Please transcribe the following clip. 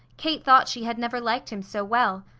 kate thought she had never liked him so well.